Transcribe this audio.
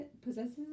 possesses